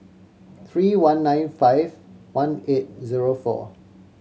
three one nine five one eight zero four